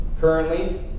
currently